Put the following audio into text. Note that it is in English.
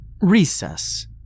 recess